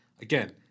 again